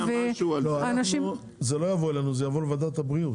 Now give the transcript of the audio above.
אלא לוועדת הבריאות.